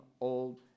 old